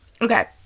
Okay